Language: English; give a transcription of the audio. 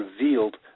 revealed